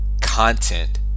content